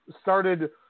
started